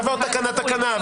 נעבור תקנה תקנה,